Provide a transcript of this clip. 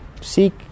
seek